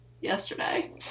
yesterday